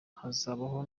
hazabaho